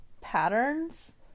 patterns